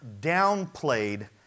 downplayed